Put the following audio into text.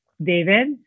David